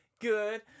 Good